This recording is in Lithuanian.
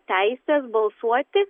teises balsuoti